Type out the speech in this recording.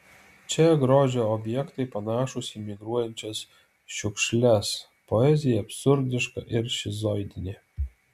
čia grožio objektai panašūs į migruojančias šiukšles poezija absurdiška ir šizoidinė